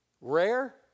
Rare